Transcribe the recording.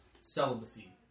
celibacy